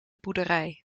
boerderij